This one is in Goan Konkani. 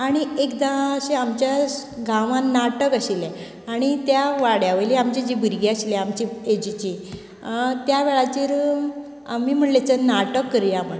आनी एकदां अशें आमच्या गांवांत नाटक आशिल्लें आनी त्या वाड्या वयली आमची जी भुरगीं आशिल्लीं आमचे एजीची त्या वेळाचेर आमी म्हणले चल नाटक करया म्हण